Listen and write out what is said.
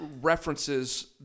references